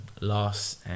loss